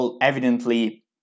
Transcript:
evidently